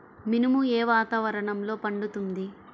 మినుము ఏ వాతావరణంలో పండుతుంది?